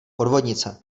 podvodnice